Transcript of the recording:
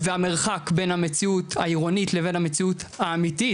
והמרחק בין המציאות העירונית לבין המציאות האמיתית,